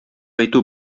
әйтү